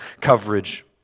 coverage